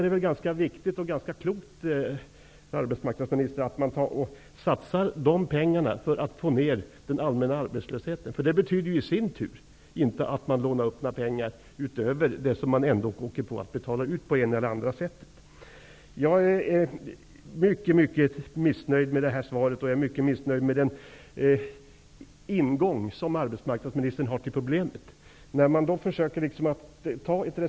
Det är ganska viktigt och ganska klokt, arbetsmarknadsministern, att satsa pengarna på att få ner den allmänna arbetslösheten. Det betyder i sin tur att man inte lånar upp några pengar utöver vad man ändå måste betala ut på det ena eller det andra sättet. Jag är mycket missnöjd med svaret och mycket missnöjd med arbetsmarknadministerns sätt att närma sig problemet.